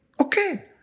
Okay